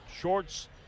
shorts